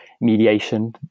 mediation